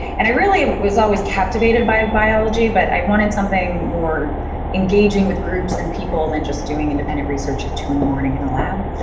and, i really was always captivated by biology, but i wanted something more engaging with groups and people than just doing independent research at two in the morning in a lab,